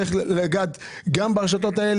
צריך לגעת גם ברשתות,